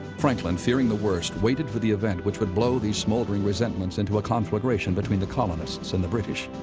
franklin, fearing the worst, waited for the event which would blow these smoldering resentments into a conflagration between the colonists and the british.